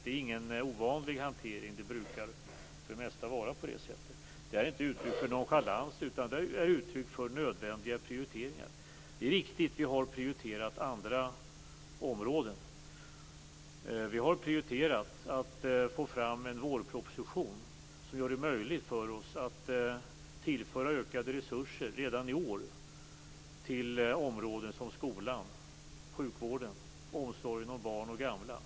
Det är ingen ovanlig hantering, utan det brukar för det mesta vara på det sättet. Det är inte något uttryck för nonchalans utan uttryck för nödvändiga prioriteringar. Det är riktigt att vi har prioriterat andra områden. Vi har prioriterat att få fram en vårproposition som gör det möjligt för oss att tillföra ökade resurser redan i år till områden som skolan, sjukvården, omsorgen om barn och gamla.